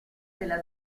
della